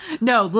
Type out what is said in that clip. No